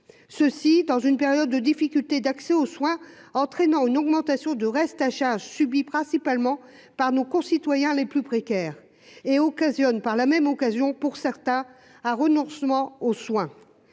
ceci dans une période de difficultés d'accès aux soins, entraînant une augmentation du reste à charge subit principalement par nos concitoyens les plus précaires et occasionne par la même occasion pour certains ah renoncement aux soins,